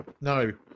no